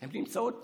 הן נמצאות פה,